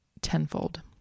tenfold